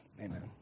Amen